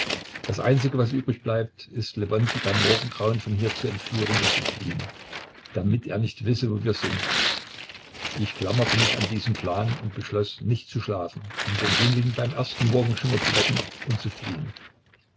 das einzige was übrigbleibt ist morgen beim morgengrauen lewontij von hier zu entführen und zu fliehen damit er nicht wisse wo wir sind ich klammerte mich an diesen plan und beschloß nicht zu schlafen um den jüngling beim ersten morgenschimmer zu wecken und zu fliehen